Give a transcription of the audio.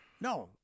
No